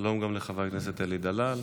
שלום גם לחבר הכנסת אלי דלל.